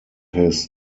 his